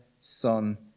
Son